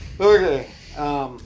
Okay